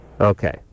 Okay